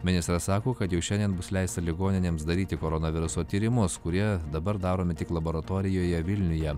ministras sako kad jau šiandien bus leista ligoninėms daryti koronaviruso tyrimus kurie dabar daromi tik laboratorijoje vilniuje